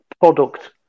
product